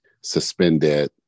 suspended